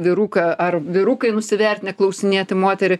vyruką ar vyrukai nusivertinę klausinėti moterį